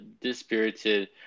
dispirited